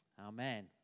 Amen